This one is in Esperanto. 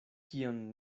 kion